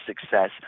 success